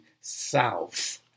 south